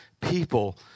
people